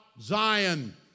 Zion